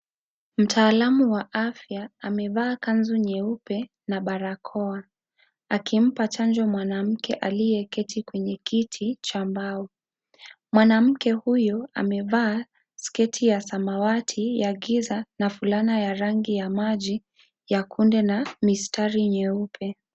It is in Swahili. Mtaalamu wa afya amevaa kanzu nyeupe na barakoa, akimpa chanjo mwanamke aliyeketi kwenye kiti cha mbao. Mwanamke huyu amevaa sketi ya samawati ya giza na fulana ya rangi ya maji ya kunde na mistari nyeupe.